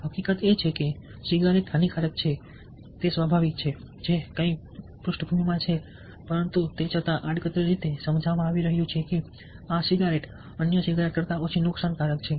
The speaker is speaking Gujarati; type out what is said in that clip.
હકીકત એ છે કે સિગારેટ હાનિકારક છે તે સ્વાભાવિક છે જે કંઈ પૃષ્ઠભૂમિમાં છે પરંતુ તે છતાં આડકતરી રીતે સમજાવવામાં આવી રહ્યું છે કે આ સિગારેટ અન્ય સિગારેટ કરતાં ઓછી નુકસાનકારક છે